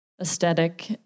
aesthetic